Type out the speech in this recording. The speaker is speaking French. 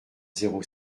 zéro